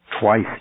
Twice